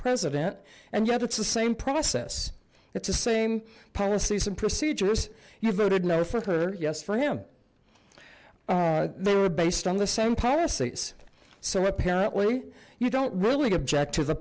president and yet it's the same process it's the same policies and procedures you voted no for her yes for him they were based on the same policies so apparently you don't really object to the